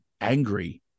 angry